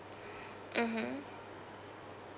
mmhmm